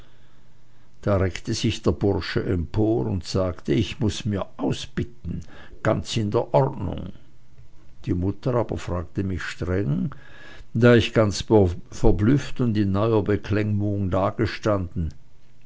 da reckte sich der bursche empor und sagte ich muß mir ausbitten ganz in der ordnung die mutter aber fragte mich streng da ich ganz verblüfft und in neuer beklemmung dagestanden